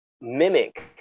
mimic